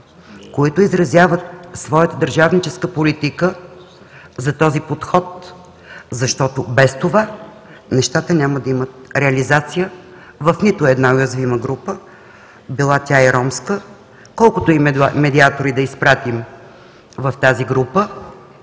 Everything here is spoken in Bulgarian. които изразяват своята държавническа политика за този подход, защото без това нещата няма да имат реализация в нито една уязвима група, била тя и ромска, колкото и медиатори да изпратим в тази група,